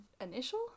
Initial